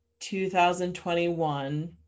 2021